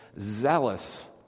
zealous